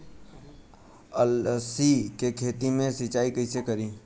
अलसी के खेती मे सिचाई कइसे करी?